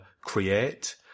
create